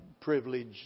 privilege